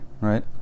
right